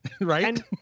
Right